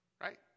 right